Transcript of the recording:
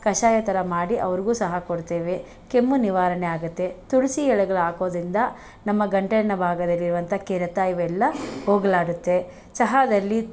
ಕಷಾಯ ಥರ ಮಾಡಿ ಅವ್ರಿಗೂ ಸಹ ಕೊಡ್ತೇವೆ ಕೆಮ್ಮು ನಿವಾರಣೆ ಆಗುತ್ತೆ ತುಳಸಿ ಎಲೆಗಳು ಹಾಕೋದ್ರಿಂದ ನಮ್ಮ ಗಂಟಲಿನ ಭಾಗದಲ್ಲಿರುವಂಥ ಕೆರೆತ ಇವೆಲ್ಲ ಹೋಗಲಾಡುತ್ತೆ ಚಹಾದಲ್ಲಿ